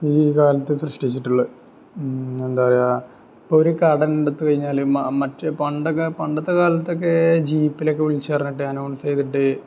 ഈ കാലത്ത് സൃഷ്ടിച്ചിട്ടുള്ളെ എന്താണ് പറയുക ഇപ്പോൾ ഒരു കഴിഞ്ഞാൽ മറ്റെ പണ്ടൊക്കെ പണ്ടത്തെ കാലത്തൊക്കെ ജീപ്പിലൊക്കെ വിളിച്ച് പറഞ്ഞിട്ട് അനൗൺസ് ചെയ്തിട്ട്